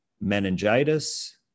meningitis